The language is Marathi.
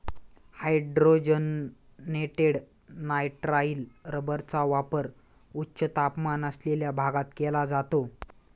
हायड्रोजनेटेड नायट्राइल रबरचा वापर उच्च तापमान असलेल्या भागात केला जातो